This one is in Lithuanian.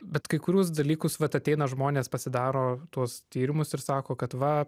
bet kai kuriuos dalykus vat ateina žmonės pasidaro tuos tyrimus ir sako kad va